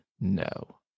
No